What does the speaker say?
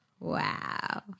Wow